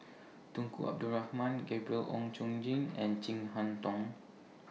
Tunku Abdul Rahman Gabriel Oon Chong Jin and Chin Harn Tong